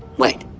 wait.